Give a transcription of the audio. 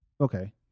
okay